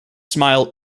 smile